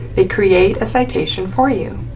they create a citation for you,